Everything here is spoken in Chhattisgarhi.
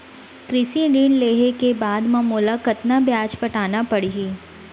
कृषि ऋण लेहे के बाद म मोला कतना ब्याज पटाना पड़ही?